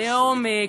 לאום,